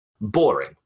boring